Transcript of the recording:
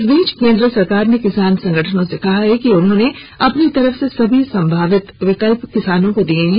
इस बीच केन्द्र सरकार ने किसान संगठनों से कहा कि उन्होंने अपनी तरफ से सभी संभावित विकल्प किसानों को दिए हैं